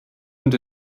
und